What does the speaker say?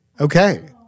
Okay